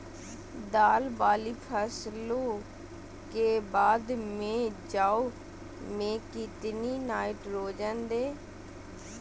दाल वाली फसलों के बाद में जौ में कितनी नाइट्रोजन दें?